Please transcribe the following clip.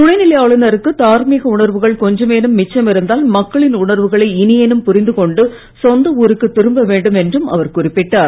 துணைநிலை ஆளுநருக்கு தார்மீக உணர்வுகள் கொஞ்சமேனும் மிச்சமிருந்தால் மக்களின் உணர்வுகளை இனியேனும் புரிந்து கொண்டு சொந்த ஊருக்கு திரும்ப வேண்டும் என்றும் அவர் குறிப்பிட்டார்